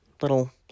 little